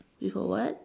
with a what